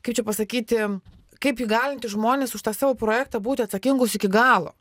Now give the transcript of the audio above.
kaip čia pasakyti kaip įgalinti žmones už tą savo projektą būti atsakingus iki galo